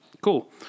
cool